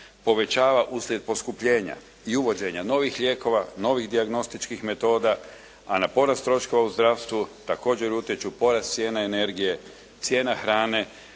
povećava uslijed poskupljenja i uvođenja novih lijekova, novih dijagnostičkih metoda, a na porast troškova u zdravstvu također utječu porast cijene energije, cijena hrane,